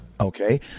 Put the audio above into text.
okay